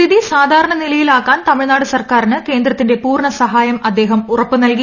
സ്ഥിതി സാഗ്ലാർണ് നിലയിലാക്കാൻ തമിഴ്നാട് സർക്കാറിന് കേന്ദ്രത്തിന്റെ പ്പൂർണ്ണ സഹായം അദ്ദേഹം ഉറപ്പു നൽകി